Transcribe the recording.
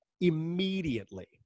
immediately